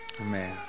Amen